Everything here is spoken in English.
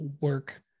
work